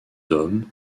hommes